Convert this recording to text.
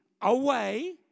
away